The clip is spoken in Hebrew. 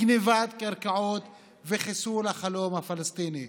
גנבת קרקעות וחיסול החלום הפלסטיני.